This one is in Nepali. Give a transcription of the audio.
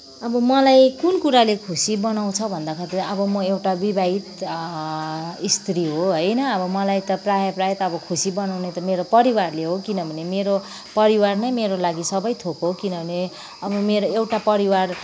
अब मलाई कुन कुराले खुसी बनाउँछ भन्दाखेरि त अब म एउटा विवाहित स्त्री हो होइन अब मलाई त प्रायः प्रायः त अब खुसी बनाउने त अब परिवारले हो किनभने मेरो परिवार नै मेरो लागि सबै थोक हो किनभने अब मेरो एउटा परिवार